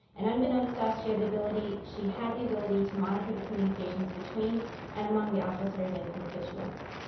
and unbeknownst to us she had the ability she had the ability to monitor the communications between and among the officers and constituents.